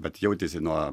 bet jautėsi nuo